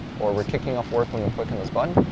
or we're kicking off work when we click on this button.